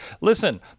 listen